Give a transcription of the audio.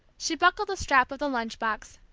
she buckled the strap of the lunch-box,